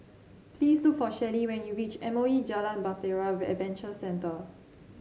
please look for Shelli when you reach M O E Jalan Bahtera Adventure Centre